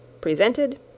presented